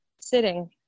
sitting